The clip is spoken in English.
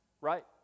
right